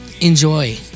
enjoy